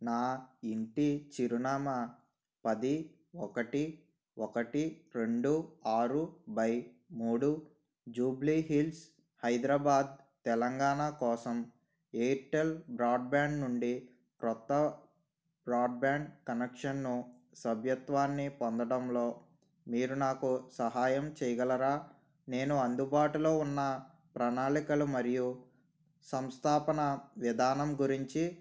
నా ఇంటి చిరునామా పది ఒకటి ఒకటి రెండు ఆరు బై మూడు జూబ్లీ హిల్స్ హైదరాబాద్ తెలంగాణ కోసం ఎయిర్టెల్ బ్రాడ్బాండ్ నుండి క్రొత్త బ్రాడ్బాండ్ కనెక్షన్ను సభ్యత్వాన్ని పొందడంలో మీరు నాకు సహాయం చేయగలరా నేను అందుబాటులో ఉన్న ప్రణాళికలు మరియు సంస్థాపన విధానం గురించి